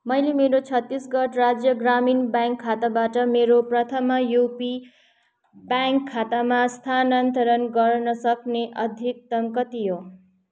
मैले मेरो छत्तिसगढ राज्य ग्रामीण ब्याङ्क खाताबाट मेरो प्रथमा युपी ब्याङ्क खातामा स्थानान्तरण गर्न सक्ने अधिकतम कति हो